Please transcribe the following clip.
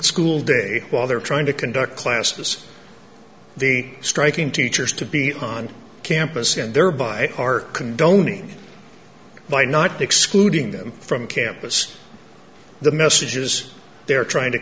school day while they're trying to conduct classes the striking teachers to be on campus and thereby are condoning by not excluding them from campus the messages they're trying to